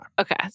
Okay